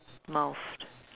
mouth